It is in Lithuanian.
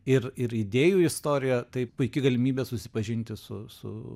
ir ir idėjų istorija tai puiki galimybė susipažinti su su